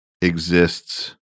exists